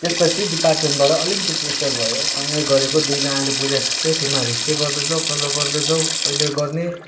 त्यसपछि डिपार्टमेन्टबाट अलिकति प्रेसर भयो सँगै गरेको दुईजनाले बुजाइसक्यो तिमीहरू के गर्दैछौ कसो गर्दैछौ कहिले गर्ने